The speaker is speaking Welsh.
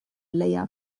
leia